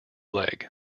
leg